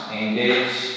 engage